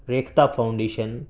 Rekhta foundation